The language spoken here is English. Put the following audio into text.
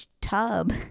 tub